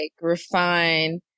refine